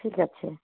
ଠିକ୍ ଅଛି